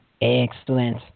Excellent